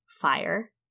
fire